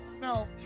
No